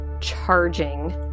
charging